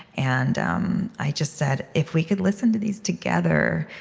and um i just said, if we could listen to these together,